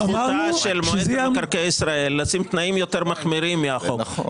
זכותה של מועצת מקרקעי ישראל לשים תנאים יותר מחמירים מהחוק,